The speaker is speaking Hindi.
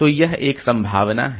तो यह एक संभावना है